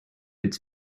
its